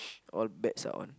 all beds are on